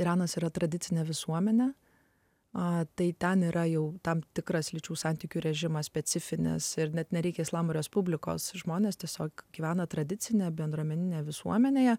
iranas yra tradicinė visuomenė a tai ten yra jau tam tikras lyčių santykių režimas specifinės ir net nereikia islamo respublikos žmonės tiesiog gyvena tradicinę bendruomeninę visuomenėje